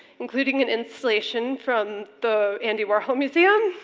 including an installation from the andy warhol museum.